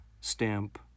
stamp